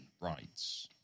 rights